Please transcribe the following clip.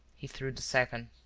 he threw the second.